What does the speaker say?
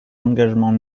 engagements